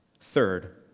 Third